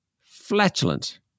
flatulent